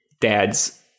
dad's